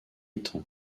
étant